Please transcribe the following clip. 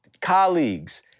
colleagues